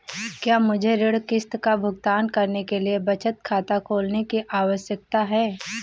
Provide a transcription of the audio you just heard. क्या मुझे ऋण किश्त का भुगतान करने के लिए बचत खाता खोलने की आवश्यकता है?